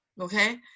Okay